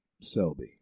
Selby